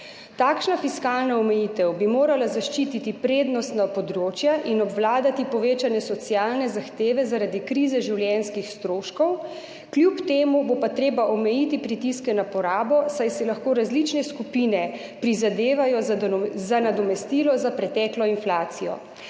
Takšna fiskalna omejitev bi morala zaščititi prednostna področja in obvladati povečane socialne zahteve zaradi krize življenjskih stroškov, kljub temu bo pa treba omejiti pritiske na porabo, saj si lahko različne skupine prizadevajo za nadomestilo za preteklo inflacijo.